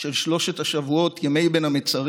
של שלושת השבועות של ימי בין המצרים,